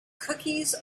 cookies